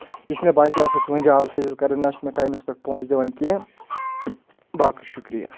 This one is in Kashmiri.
یُس مےٚ باسے ہَسا چھُ وُنہِ جالسٲزل کَرَان نہ چھُ مےٚ ٹایمَس پؠٹھ پونٛسہٕ دِوان کینٛہہ باقٕے شُکریہ